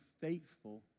faithful